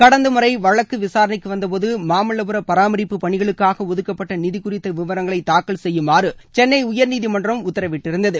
கடந்த முறை வழக்கு விசாரணைக்கு வந்தபோது மாமல்லபுர பராமரிப்புப் பணிகளுக்காக ஒதுக்கப்பட்ட நிதி குறித்த விவரங்களை தாக்கல் செய்யுமாறு சென்னை உயர்நீதிமன்றம் உத்தரவிட்டிருந்தது